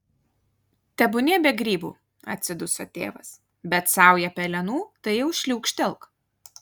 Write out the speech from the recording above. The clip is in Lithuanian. tebūnie be grybų atsiduso tėvas bet saują pelenų tai jau šliūkštelk